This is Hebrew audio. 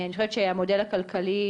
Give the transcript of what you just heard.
אני חושבת שהמודל הכלכלי,